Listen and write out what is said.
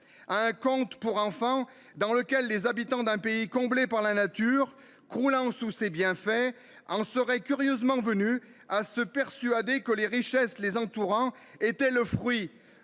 un conte pour enfant dans lequel les habitants d'un pays comblé par la nature croulant sous c'est bien fait en seraient curieusement. À se persuader que les richesses les entourant était le fruit,